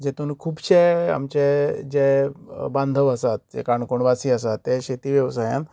जेंतून खूबशे आमचे जे बांधव आसा जे काणकोण वासी आसात ते शेती वेवसायान